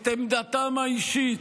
את עמדתם האישית,